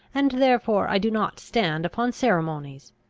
and therefore i do not stand upon ceremonies!